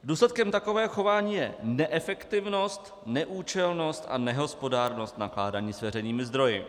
Důsledkem takového chování je neefektivnost, neúčelnost a nehospodárnost nakládání s veřejnými zdroji.